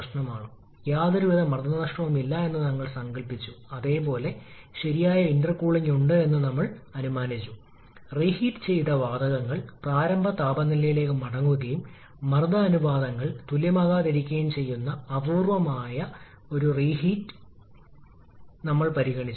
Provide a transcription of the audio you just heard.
തെളിയിക്കാതെ തന്നെ ഇത് തികഞ്ഞ ഇന്റർകൂളിംഗ് അല്ലെങ്കിലും n ഉം n ഉം തുല്യമാണെങ്കിൽ അത് തുല്യമാകുമെന്ന് എനിക്ക് കാണിക്കാൻ കഴിയും അതിനാൽ ഇത് തെളിയിക്കാൻ ഞാൻ നിങ്ങളിലേക്ക് പോകുന്നു